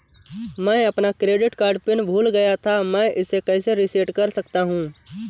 मैं अपना credit card pin भूल गया था मैं इसे कैसे रीसेट कर सकता हूँ?